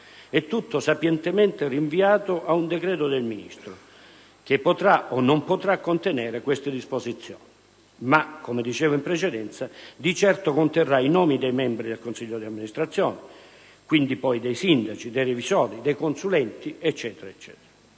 È tutto sapientemente rinviato a un decreto del Ministro, che potrà o non potrà contenere queste disposizioni ma, come dicevo in precedenza, di certo conterrà i nomi dei membri del consiglio d'amministrazione, quindi poi dei sindaci, dei revisori, dei consulenti, e così